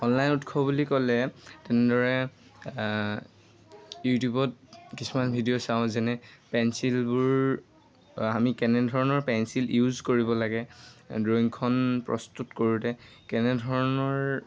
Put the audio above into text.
online উৎস বুলি ক'লে তেনেদৰে ইউটিউবত কিছুমান ভিডিঅ' চাওঁ যেনে পেঞ্চিলবোৰ আমি কেনেধৰণৰ পেঞ্চিল ইউজ কৰিব লাগে ড্ৰয়িংখন প্ৰস্তুত কৰোঁতে কেনেধৰণৰ